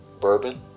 bourbon